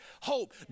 hope